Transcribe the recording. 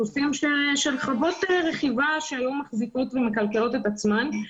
סוסים של חוות רכיבה שהיו מחזיקות ומכלכלות את עצמן.